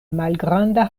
malgranda